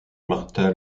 martha